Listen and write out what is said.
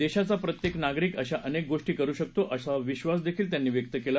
देशाचा प्रत्येक नागरिक अशा अनेक गोष्टी करू शकतो असा विश्वासही त्यांनी व्यक्त केला